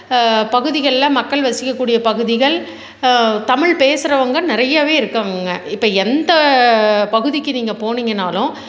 பகுதிகளில் மக்கள் வசிக்கக்கூடிய பகுதிகள் தமிழ் பேசுறவங்க நிறையாவே இருக்காங்கங்க இப்போ எந்த பகுதிக்கு நீங்கள் போனீங்கனாலும்